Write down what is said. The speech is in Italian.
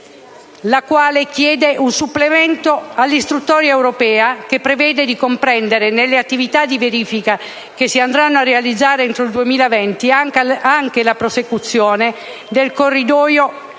la quale chiede un supplemento all'istruttoria europea che preveda di comprendere nelle attività di verifica, che si andranno a realizzare entro il 2020, anche la prosecuzione del corridoio